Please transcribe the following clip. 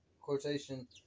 quotation